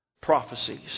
prophecies